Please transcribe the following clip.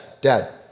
Dad